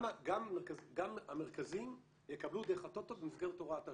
גם המרכזים יקבלו דרך הטוטו במסגרת הוראת השעה.